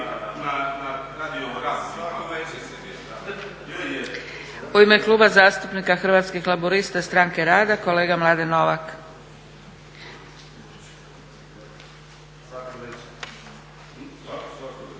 U ime Kluba zastupnika Hrvatskih laburista – Stranke rada kolega Mladen Novak. **Novak, Mladen